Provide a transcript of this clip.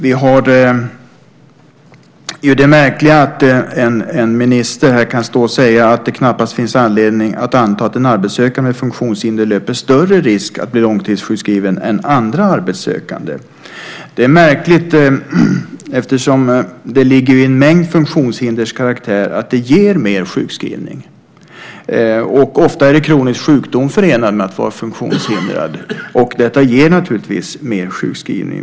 Det är märkligt att en minister kan stå här och säga att det knappast finns anledning att anta att en arbetssökande med funktionshinder löper större risk att bli långtidssjukskriven än andra arbetssökande. Det är märkligt eftersom det ligger i en mängd funktionshinders karaktär att de medför mer sjukskrivning, och ofta är det förenat med kronisk sjukdom att vara funktionshindrad. Detta ger naturligtvis mer sjukskrivning.